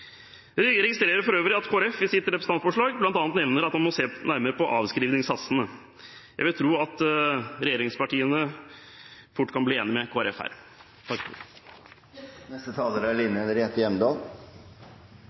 registrerer for øvrig at Kristelig Folkeparti i sitt representantforslag bl.a. nevner at man må se nærmere på avskrivningssatsene. Jeg vil tro at regjeringspartiene fort kan bli enig med